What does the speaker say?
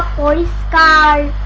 boy dies